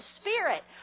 Spirit